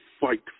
fight